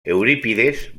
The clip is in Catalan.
eurípides